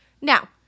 Now